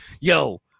yo